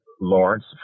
Lawrence